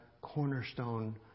cornerstone